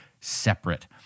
separate